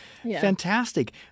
Fantastic